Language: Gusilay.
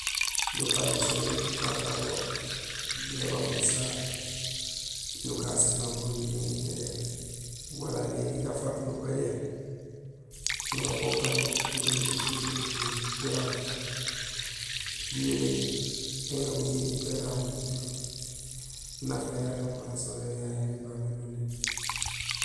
Gapano soléér gu kakan go bébang busaha, nukaan silampoor imbi yaŋi éléér; wala néni gafaat nubajé nuŋa go ukan do imbi nak guju guŋanli, gurahuli maal; guyoléni éŋa guñéni béraaw ujulo. Nafa yara gapano soléér yo yayé yaamé babé noli.